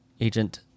Agent